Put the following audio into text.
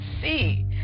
see